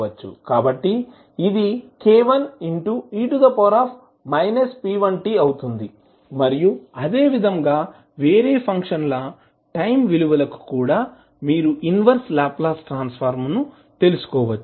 కాబట్టి ఇది k1e p1t అవుతుంది మరియు అదేవిధంగా వేరే ఫంక్షన్ ల టైం విలువల కి కూడా మీరు ఇన్వర్స్ లాప్లాస్ ట్రాన్స్ ఫార్మ్ ను తెలుసుకోవచ్చు